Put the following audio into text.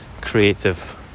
creative